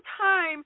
time